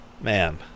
Man